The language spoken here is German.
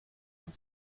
man